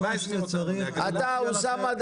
אוסמה,